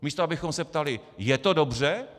Místo abychom se ptali: Je to dobře?